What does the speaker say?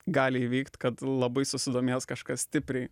gali įvykt kad labai susidomės kažkas stipriai